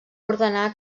ordenar